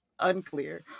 unclear